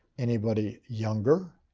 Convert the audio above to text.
anybody younger?